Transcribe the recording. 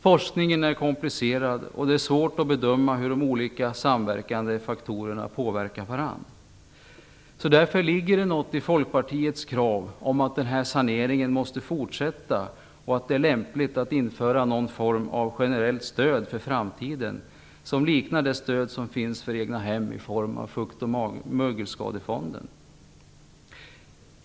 Forskningen är komplicerad, och det är svårt att bedöma hur de olika samverkande faktorerna påverkar varandra. Därför ligger det något i Folkpartiets krav om att den här saneringen måste fortsätta och att det är lämpligt att införa någon form av generellt stöd för framtiden som liknar det stöd som finns för egna hem i form av Fukt och mögelskadefonden.